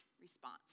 response